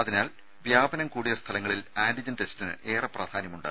അതിനാൽ വ്യാപനം കൂടിയ സ്ഥലങ്ങളിൽ ആന്റിജൻ ടെസ്റ്റിന് ഏറെ പ്രാധാന്യമുണ്ട്